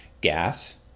gas